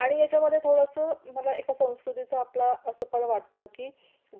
आणि याच्यामध्ये थोडंसं मला एका संस्कृतीचां आपला असं पण वाटतं की